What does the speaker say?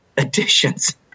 editions